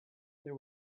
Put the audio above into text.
there